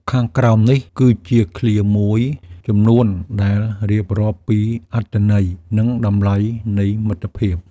ខាងក្រោមនេះគឺជាឃ្លាមួយចំនួន ដែលរៀបរាប់ពីអត្ថន័យ និងតម្លៃនៃមិត្តភាព។